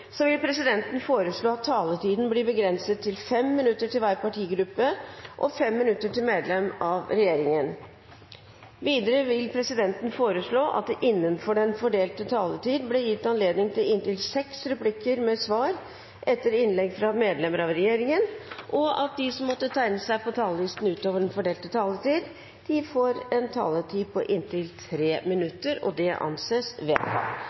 Så vi er meget godt i gang med akkurat den jobben. Flere har ikke bedt om ordet til sak nr. 4. Etter ønske fra næringskomiteen vil presidenten foreslå at taletiden blir begrenset til 5 minutter til hver partigruppe og 5 minutter til medlem av regjeringen. Videre vil presidenten foreslå at det blir gitt anledning til inntil seks replikker med svar etter innlegg fra medlem av regjeringen innenfor den fordelte taletid, og at de som måtte tegne seg på talerlisten utover den